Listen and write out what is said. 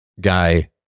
guy